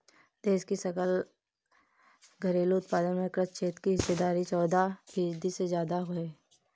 देश की सकल घरेलू उत्पाद में कृषि क्षेत्र की हिस्सेदारी चौदह फीसदी से ज्यादा है